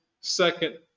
second